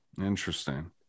interesting